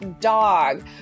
dog